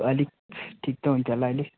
अलिक ठिक त हुन्थ्यो होला अहिले